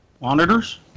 Monitors